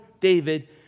David